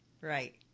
Right